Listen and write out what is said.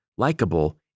likable